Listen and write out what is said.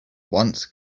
once